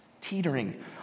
Teetering